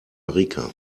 rica